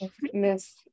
miss